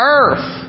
earth